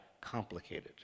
complicated